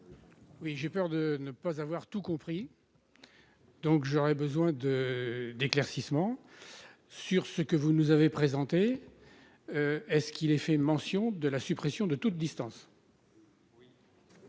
Oui j'ai peur de ne pas avoir tout compris. Donc, j'aurai besoin de d'éclaircissements sur ce que vous nous avez présenté est-ce qu'il est fait mention de la suppression de toute distance.